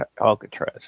Alcatraz